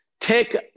take